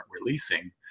releasing